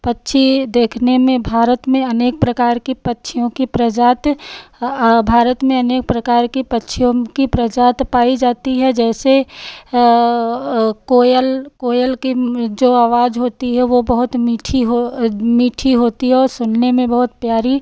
पक्षी देखने में भारत में अनेक प्रकार की पक्षियों की प्रजाति भारत में अनेक प्रकार की पक्षियों की प्रजाति पाई जाती है जैसे ओ कोयल कोयल की जो आवाज़ होती है वह बहुत मीठी हो मीठी होती है और सुनने में बहुत प्यारी